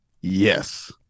Yes